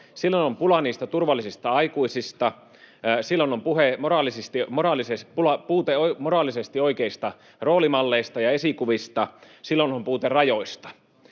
Silloin on pula turvallisista aikuisista, silloin on puute moraalisesti oikeista roolimalleista ja esikuvista, silloin on puute rajoista.